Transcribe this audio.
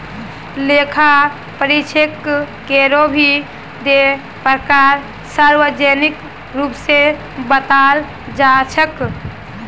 लेखा परीक्षकेरो भी दी प्रकार सार्वजनिक रूप स बताल जा छेक